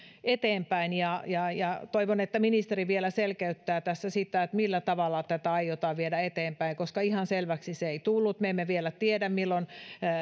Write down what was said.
eteenpäin toivon että ministeri vielä selkeyttää tässä sitä millä tavalla tätä aiotaan viedä eteenpäin koska ihan selväksi se ei tullut me emme vielä tiedä milloin